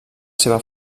seva